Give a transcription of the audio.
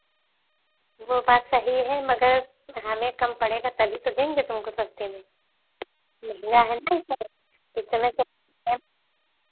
वो बात सही है मगर हमें कम पड़ेगा तभी तो देंगे तुमको सस्ते में महंगा है ना सब